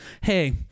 Hey